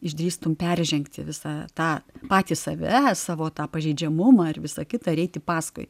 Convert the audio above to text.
išdrįstum peržengti visą tą patį save savo tą pažeidžiamumą ar visą kitą ir eiti paskui